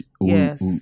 Yes